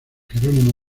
jerónimo